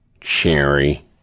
Cherry